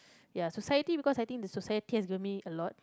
ya society because I think the society has given me a lot